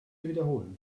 wiederholen